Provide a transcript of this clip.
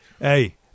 Hey